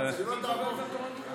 תודה רבה, גברתי.